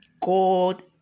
God